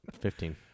Fifteen